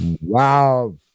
Wow